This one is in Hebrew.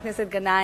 2010):